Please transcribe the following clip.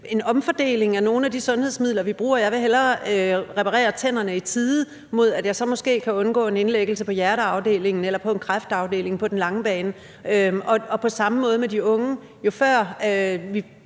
en omfordeling af nogle af de sundhedsmidler, vi bruger: Jeg vil hellere reparere tænderne i tide, mod at jeg så måske kan undgå en indlæggelse på hjerteafdelingen eller på en kræftafdeling på den lange bane. Og på samme måde med de unge: Jo før vi